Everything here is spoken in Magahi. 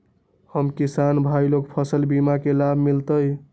हम किसान भाई लोग फसल बीमा के लाभ मिलतई?